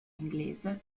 inglese